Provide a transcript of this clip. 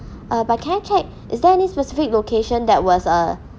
uh but can I check is there any specific location that was uh